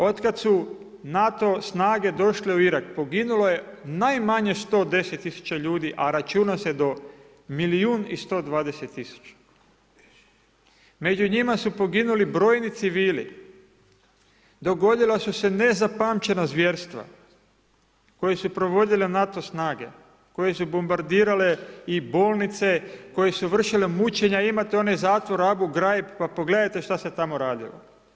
Od kad su NATO snage došle u Irak, poginulo je najmanje 110 000 ljudi a računa se do milijun i 120 000. među njima su poginuli brojni civili, dogodila su se nezapamćena zvjerstva koja su provodila NATO snage, koje su bombardirale i bolnice, koje su vršile mučenja, imate onaj zatvor Abu Ghraib pa pogledajte šta se tamo radilo.